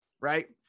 right